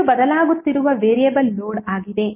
ಇದು ಬದಲಾಗುತ್ತಿರುವ variable load ಆಗಿದೆ